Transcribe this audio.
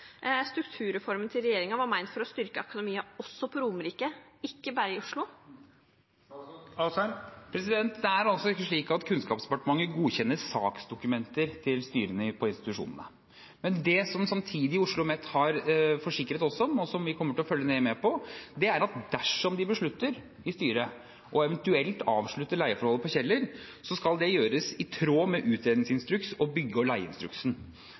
Strukturreformen til regjeringen var ment å skulle styrke akademia også på Romerike, ikke bare i Oslo. Det er ikke slik at Kunnskapsdepartementet godkjenner saksdokumenter til styrene på institusjonene. Det som OsloMet samtidig har forsikret oss om, og som vi kommer til å følge nøye med på, er at dersom styret beslutter å avslutte leieforholdet på Kjeller, skal det gjøres i tråd med utredningsinstruksen og bygge- og leieinstruksen.